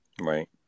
right